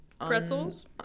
pretzels